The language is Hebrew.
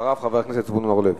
אחריו, חבר הכנסת זבולון אורלב.